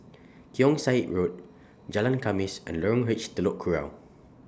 Keong Saik Road Jalan Khamis and Lorong H Telok Kurau